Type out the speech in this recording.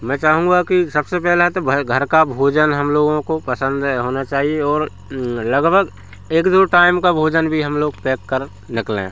मैं चाहूँगा कि सबसे पहला तो भाई घर का भोजन हम लोगों को पसंद है होना चाहिए और लगभग एक दो टाइम का भोजन भी हम लोग पैक कर निकलें